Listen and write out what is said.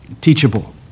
teachable